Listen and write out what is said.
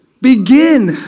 begin